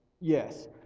Yes